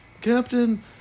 Captain